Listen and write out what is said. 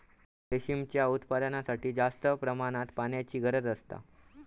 रेशीमच्या उत्पादनासाठी जास्त प्रमाणात पाण्याची गरज असता